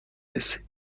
رسی